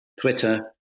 Twitter